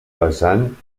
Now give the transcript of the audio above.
vessant